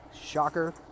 shocker